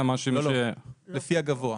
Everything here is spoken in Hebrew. לפי הגבוה.